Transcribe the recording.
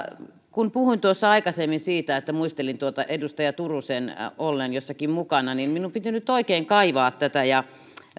kun puhuin tuossa aikaisemmin siitä että muistelin edustaja turusen olleen jossakin mukana niin minun piti nyt oikein kaivaa tätä